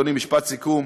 אדוני, משפט סיכום.